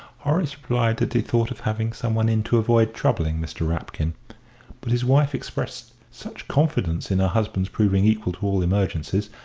horace replied that he thought of having someone in to avoid troubling mr. rapkin but his wife expressed such confidence in her husband's proving equal to all emergencies,